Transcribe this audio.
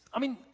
i mean,